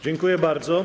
Dziękuję bardzo.